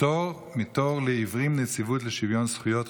פטור מתור לעיוורים, נציבות לשוויון זכויות.